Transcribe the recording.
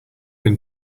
been